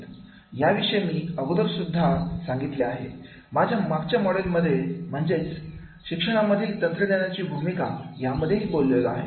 मी याविषयी अगोदर सुद्धा आहे माझ्या मागच्या मॉडेलमध्ये म्हणजेच तर शिक्षणामधील तंत्रज्ञानाची भूमिका यामध्ये बोललेलो आहे